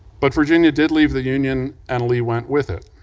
but virginia did leave the union and lee went with it.